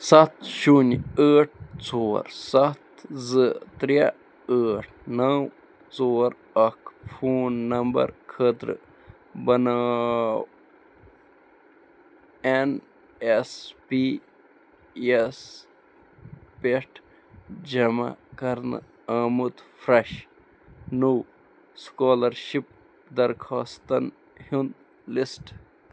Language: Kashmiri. سَتھ شوٗنہِ ٲٹھ ژور سَتھ زٕ ترٛےٚ ٲٹھ نو ژور اکھ فون نمبر خٲطرٕ بناو اٮ۪ن اٮ۪س پی یس پٮ۪ٹھ جمع کرنہٕ آمُت فرش نوٚو سُکالرشِپ درخاستن ہنٛد لِسٹ